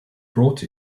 brought